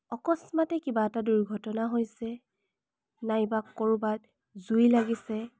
অকস্মাতে কিবা এটা দুৰ্ঘটনা হৈছে নাইবা ক'ৰবাত জুই লাগিছে